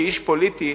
כאיש פוליטי,